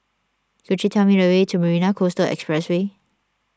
could you tell me the way to Marina Coastal Expressway